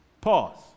Pause